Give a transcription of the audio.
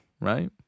right